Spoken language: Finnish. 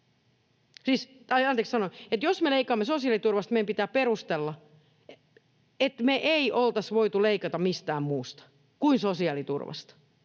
Jos me leikkaamme sosiaaliturvasta, meidän pitää perustella, että me ei oltaisi voitu leikata mistään muusta kuin sosiaaliturvasta.